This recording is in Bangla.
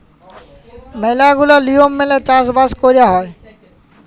ম্যালা গুলা লিয়ম মেলে চাষ বাস কয়রা হ্যয়